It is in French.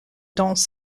dans